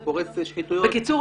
בקיצור,